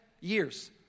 Years